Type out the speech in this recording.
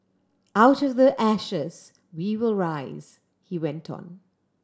out of the ashes we will rise he went on